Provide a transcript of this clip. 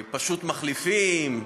פשוט מחליפים,